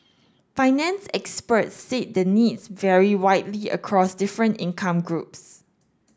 finance experts said the needs vary widely across different income groups